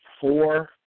four